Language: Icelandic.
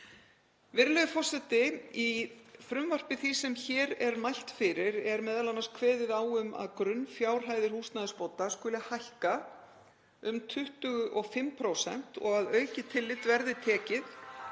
Virðulegi forseti. Í frumvarpi því sem hér er mælt fyrir er m.a. kveðið á um að grunnfjárhæðir húsnæðisbóta skuli hækka um 25% og að aukið tillit verði tekið